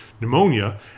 Pneumonia